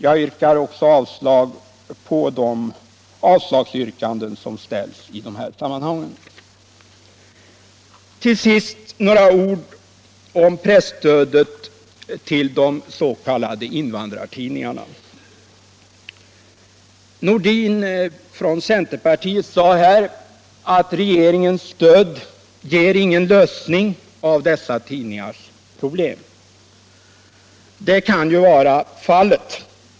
Jag yrkar också avslag på de avslagsyrkanden som ställs i dessa sammanhang. Till sist några ord om presstödet till de s.k. invandrartidningarna. Herr Nordin från centerpartiet sade här att regeringens stöd inte ger någon lösning av dessa tidningars problem. Det kan ju vara fallet.